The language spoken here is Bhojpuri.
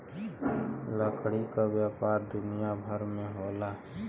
लकड़ी क व्यापार दुनिया भर में होला